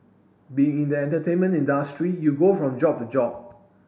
being in the entertainment industry you go from job to job